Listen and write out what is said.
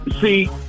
See